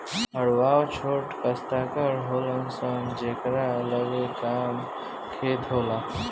हरवाह छोट कास्तकार होलन सन जेकरा लगे कम खेत होला